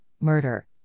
murder